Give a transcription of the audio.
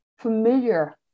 familiar